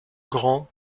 grand